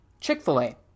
Chick-fil-A